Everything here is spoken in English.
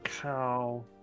Cow